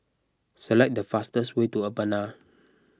select the fastest way to Urbana